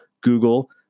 Google